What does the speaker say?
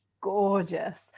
gorgeous